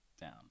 down